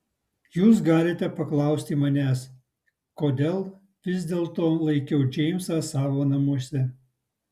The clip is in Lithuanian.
jūs galite paklausti manęs kodėl vis dėlto laikiau džeimsą savo namuose